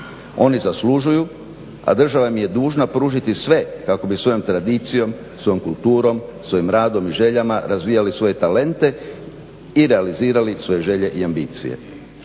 Oni zaslužuju a država im je dužna pružiti sve kako bi svojom tradicijom, svojoj kulturom, svojim radom i željama razvijali svoje talente i realizirali svoje želje i ambicije.